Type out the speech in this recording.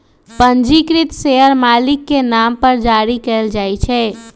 पंजीकृत शेयर मालिक के नाम पर जारी कयल जाइ छै